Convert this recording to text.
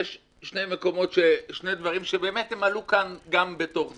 יש שני דברים שעלו כאן גם בתוך זה.